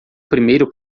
primeiro